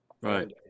Right